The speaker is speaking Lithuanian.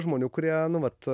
žmonių kurie nu vat